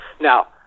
Now